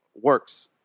works